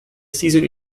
season